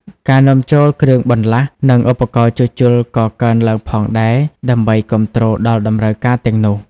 ការនាំចូលគ្រឿងបន្លាស់ និងឧបករណ៍ជួសជុលក៏កើនឡើងផងដែរ ដើម្បីគាំទ្រដល់តម្រូវការទាំងនោះ។